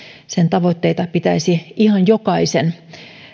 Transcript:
sen tavoitteita pitäisi ihan jokaisen